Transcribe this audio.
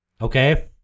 Okay